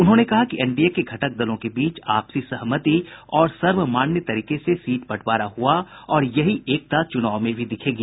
उन्होंने कहा कि एनडीए के घटक दलों के बीच आपसी सहमति और सर्वमान्य तरीके से सीट बंटवारा हुआ और यही एकता चुनाव में भी दिखेगी